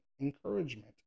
encouragement